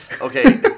Okay